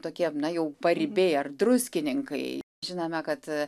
tokie na jau paribiai ar druskininkai žinome kad